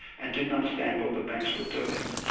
and didn't understand what the banks were doing.